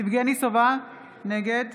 יבגני סובה, נגד